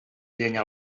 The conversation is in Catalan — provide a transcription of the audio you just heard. llenya